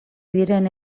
diren